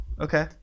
Okay